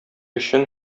өчен